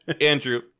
Andrew